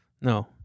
No